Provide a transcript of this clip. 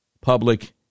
public